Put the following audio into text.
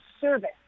service